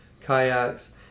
kayaks